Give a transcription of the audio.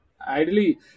ideally